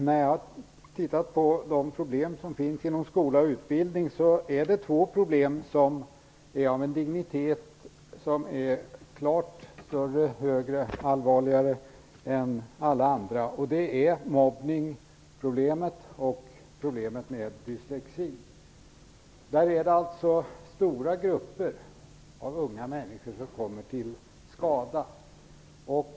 Herr talman! Jag har tittat på de problem som finns inom skola och utbildning. Det är två problem som enligt min mening är av sådan dignitet att de är allvarligare än alla andra. Det är problemet med mobbning och problemet med dyslexi. Det är stora grupper av unga människor som kommer till skada.